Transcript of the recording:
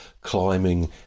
climbing